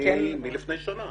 מלפני שנה.